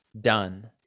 done